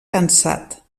cansat